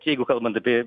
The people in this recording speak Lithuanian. čia jeigu kalbant apie